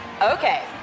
Okay